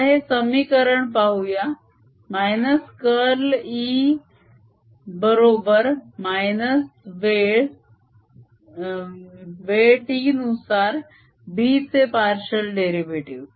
आता हे समीकरण पाहूया -कर्ल E बरोबर - वेळ t नुसार B चे पार्शिअल डेरीवेटीव